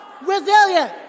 resilient